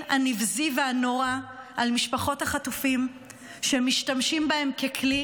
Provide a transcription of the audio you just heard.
הנבזי והנורא על משפחות החטופים שמשתמשים בהן ככלי